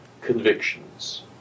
convictions